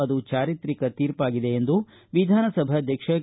ಅದು ಚಾರಿತ್ರಿಕ ತೀರ್ಪಾಗಿದೆ ಎಂದು ವಿಧಾನಸಭಾಧ್ಯಕ್ಷ ಕೆ